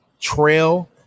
Trail